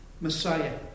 Messiah